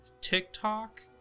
tiktok